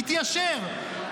יתיישר,